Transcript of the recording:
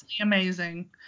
amazing